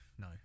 no